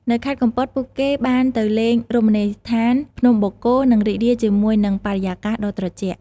នៅខេត្តកំពត ពួកគេបានទៅលេងរមណីយដ្ឋានភ្នំបូកគោ និងរីករាយជាមួយនឹងបរិយាកាសដ៏ត្រជាក់។